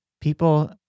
People